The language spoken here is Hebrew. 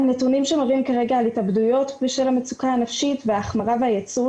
הנתונים שמראים כרגע על התאבדויות בשל המצוקה הנפשית וההחמרה והייצור